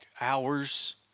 hours